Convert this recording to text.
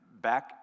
back